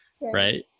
right